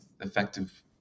effective